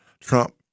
Trump